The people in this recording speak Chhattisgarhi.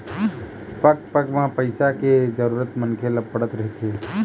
पग पग म पइसा के जरुरत मनखे ल पड़त रहिथे